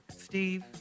Steve